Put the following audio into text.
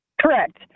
Correct